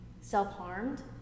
self-harmed